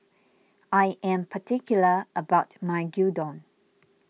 I am particular about my Gyudon